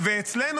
ואצלנו